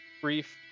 brief